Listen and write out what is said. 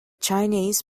chinese